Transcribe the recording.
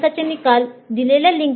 अभ्यासाचे निकाल ta